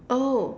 oh